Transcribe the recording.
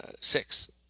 six